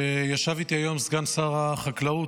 ישב איתי היום סגן שר החקלאות,